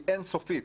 היא אין סופית.